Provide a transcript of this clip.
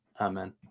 Amen